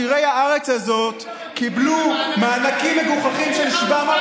עשירי הארץ הזאת קיבלו מענקים מגוחכים של 750